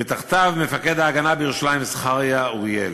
ותחתיו מפקד "ההגנה" בירושלים זכריה אוריאלי.